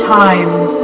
times